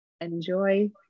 enjoy